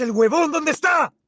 and will and and stop